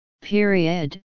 Period